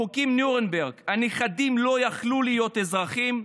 בחוקי נירנברג, הנכדים לא יכלו להיות אזרחים,